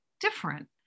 different